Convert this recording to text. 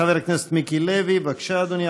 חבר הכנסת מיקי לוי, בבקשה, אדוני.